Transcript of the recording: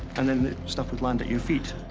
and then the stuff would land at your feet.